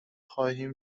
خواهیم